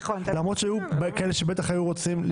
זאת אומרת, ארבעה-חמישה נושאים.